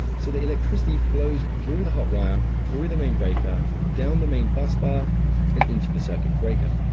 so, the electricity flows through the hot wire, through the main breaker, down the main bus bar and into the circuit breaker.